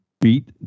beat